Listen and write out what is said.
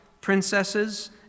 princesses